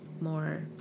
more